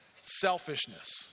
selfishness